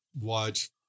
watch